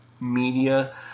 media